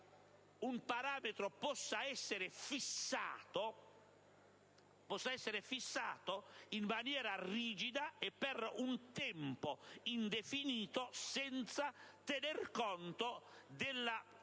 un parametro possa essere fissato in maniera rigida e per un tempo indefinito senza tenere conto della